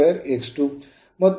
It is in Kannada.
I2'I2 1a